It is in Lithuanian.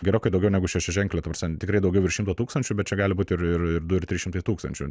gerokai daugiau negu šešiaženklę ta prasme tikrai daugiau virš šimto tūkstančių bet čia gali būt ir du ir trys šimtai tūkstančių